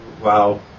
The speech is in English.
Wow